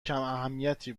کماهمیتی